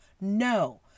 No